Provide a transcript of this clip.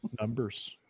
Numbers